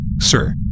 sir